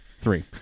Three